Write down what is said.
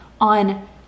on